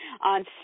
On